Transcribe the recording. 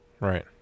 Right